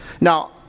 Now